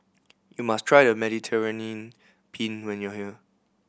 you must try Mediterranean Penne when you are here